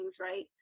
right